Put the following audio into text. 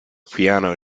piano